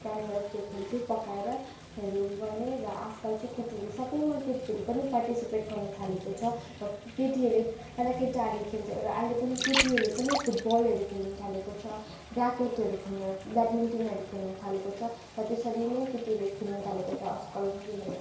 त्यहाँनिर त्यो खेल्थ्यो पकाएरहेरू गर्ने र आजकल चाहिँ केटीहरू सबैमा केटीहरू पनि पार्टिसिपेट गर्नु थालेको छ केटीहरूले पहिला केटाहरूले खोल्थ्यो र अहिले पनि केटीहरूले पनि फुटबलहरू खेल्नु थालेको छ ऱ्याकेटहरू खेल्नु ब्याडमिन्टनहरू खेल्नु थालेको छ र त्यसरी नै केटीहरूले थालेको आजकल गेमहरू